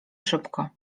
szybko